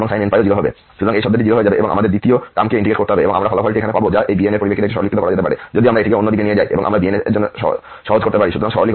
সুতরাং এই শব্দটি 0 হয়ে যাবে এবং আমাদের আবার দ্বিতীয় টার্মকে ইন্টিগ্রেট করতে হবে এবং আমরা এই ফলাফলটি এখানে পাব যা এই bn এর পরিপ্রেক্ষিতে এটিকে সরলীকৃত করা যেতে পারে